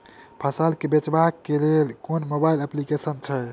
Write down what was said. फसल केँ बेचबाक केँ लेल केँ मोबाइल अप्लिकेशन छैय?